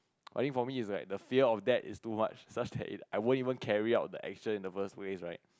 I think for me it's like the fear of that is too much such that it I won't even carry out the action in the first place right